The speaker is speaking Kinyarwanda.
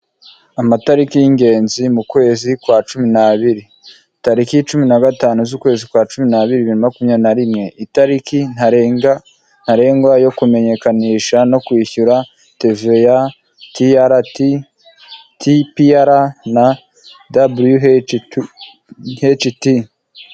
Amatariki y'ingenzi mu kwezi kwa cumi n'abiri tariki cumi na gatanu z'ukwezi kwa cumi n'abiri makumyabiri na rimwe, itariki ntarengwa yo kumenyekanisha no kwishyura teveya(TVA), TPR na WHT.